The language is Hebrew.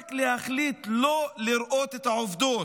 רק להחליט לא לראות את העובדות,